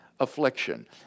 affliction